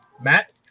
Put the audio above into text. matt